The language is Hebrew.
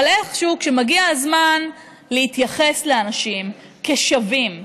אבל איכשהו, כשמגיע הזמן להתייחס לאנשים כשווים,